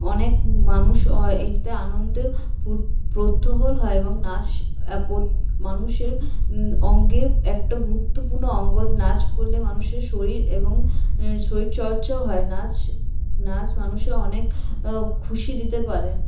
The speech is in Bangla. অনেক মানুষ এইটাতে আনন্দ হয় এবং নাচ মানুষের অঙ্গে একটা গুরুত্বপূর্ণ অঙ্গ নাচ করলে মানুষের শরীর এবং শরীরচর্চাও হয় নাচ নাচ মানুষের অনেক খুশি দিতে পারে